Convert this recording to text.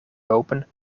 lopen